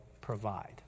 provide